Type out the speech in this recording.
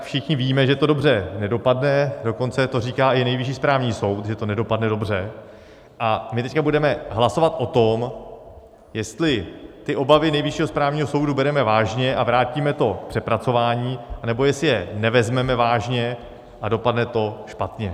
Všichni víme, že to dobře nedopadne, dokonce to říká i Nejvyšší správní soud, že to nedopadne dobře, a my teď budeme hlasovat o tom, jestli ty obavy Nejvyššího správního soudu bereme vážně a vrátíme to k přepracování, anebo jestli je nevezmeme vážně a dopadne to špatně.